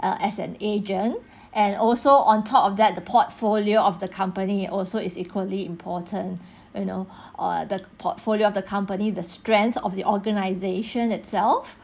err as an agent and also on top of that the portfolio of the company also is equally important you know err the portfolio of the company the strength of the organization itself